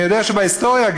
אני יודע שגם בהיסטוריה,